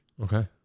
Okay